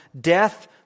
Death